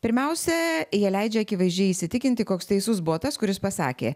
pirmiausia jie leidžia akivaizdžiai įsitikinti koks teisus buvo tas kuris pasakė